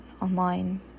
online